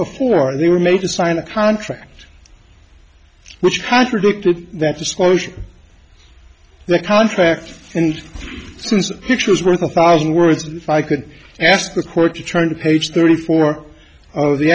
before they were made to sign a contract which contradicted that disclosure the contract and since picture's worth a thousand words if i could ask the court to try to page thirty four of the